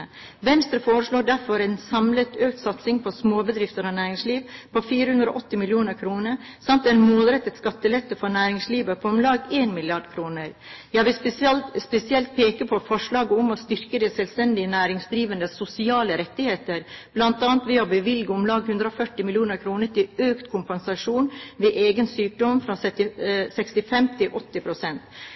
Venstre foreslår derfor en samlet økt satsing på småbedrifter og næringsliv på 480 mill. kr, samt en målrettet skattelette for næringslivet på om lag 1 mrd. kr. Jeg vil spesielt peke på forslaget om å styrke de selvstendig næringsdrivendes sosiale rettigheter, bl.a. ved å bevilge om lag 140 mill. kr til økt kompensasjon ved egen sykdom fra 65 pst. til